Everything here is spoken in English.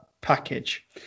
package